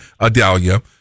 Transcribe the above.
Adalia